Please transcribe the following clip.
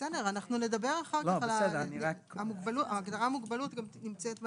בסדר, ההגדרה מוגבלות גם נמצאת בהמשך,